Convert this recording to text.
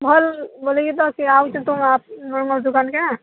ଭଲ ବୋଲିକି ତ ସେ ଆଉଛନ୍ତି ମର ମୋ ଦୁକାନେକେ